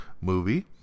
movie